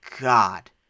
God